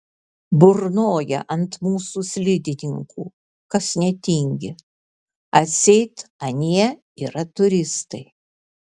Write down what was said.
burnoja ant mūsų slidininkų kas netingi atseit anie yra turistai